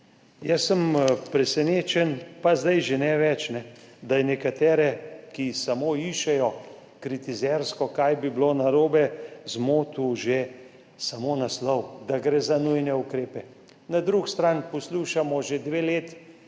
Jaz sem presenečen, pa zdaj že ne več, da je nekatere, ki samo kritizersko iščejo, kaj bi bilo narobe, zmotil že samo naslov, da gre za nujne ukrepe. Na drugi strani poslušamo že dve leti,